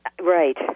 Right